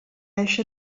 eixa